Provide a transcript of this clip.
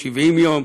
70 יום.